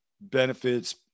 benefits